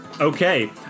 Okay